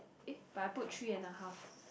eh but I put three and a half